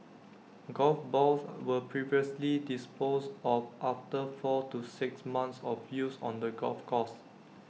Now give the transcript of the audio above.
golf balls were previously disposed of after four to six months of use on the golf course